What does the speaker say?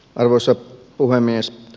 arvoisa puhemies